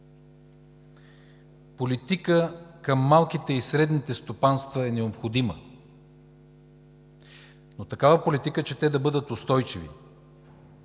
Политика към малките и средните стопанства е необходима, но такава политика, че те да бъдат устойчиви